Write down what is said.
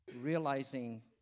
realizing